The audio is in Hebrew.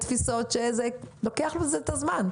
וזה דבר שלוקח זמן.